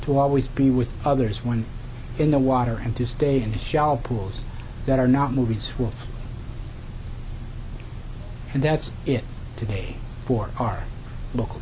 to always be with others when in the water and to stay in the shell pools that are not movies wolf and that's it today for our local